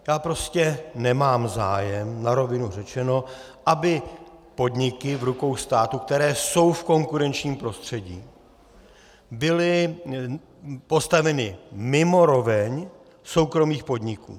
Já prostě nemám zájem, na rovinu řečeno, aby podniky v rukou státu, které jsou v konkurenčním prostředí, byly postaveny mimo roveň soukromých podniků.